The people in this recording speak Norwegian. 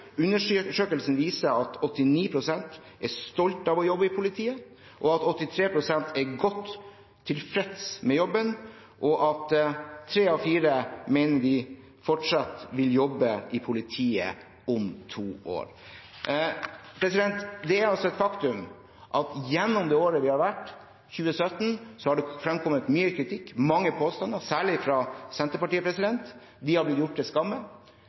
Undersøkelsen viser at 89 pst. er stolt av å jobbe i politiet, at 83 pst. er godt tilfreds med jobben, og at tre av fire mener de fortsatt vil jobbe i politiet om to år. Det er et faktum at i det året som har vært, 2017, har det fremkommet mye kritikk og mange påstander, særlig fra Senterpartiet, som har blitt gjort til skamme.